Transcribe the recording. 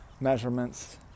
measurements